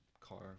car